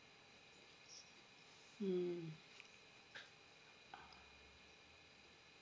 mm